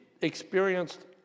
experienced